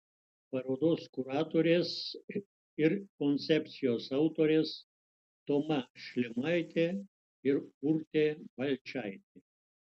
parodos kuratorės ir koncepcijos autorės toma šlimaitė ir urtė balčaitė